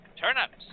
turnips